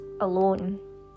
alone